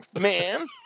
man